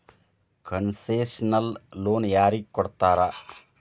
Concessional loan ಯಾರಿಗ್ ಕೊಡ್ತಾರ?